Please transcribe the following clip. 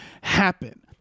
happen